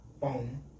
Boom